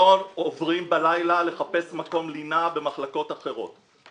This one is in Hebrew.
לא עוברים בלילה לחפש מקום לינה במחלקות אחרות.